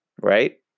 right